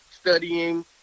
studying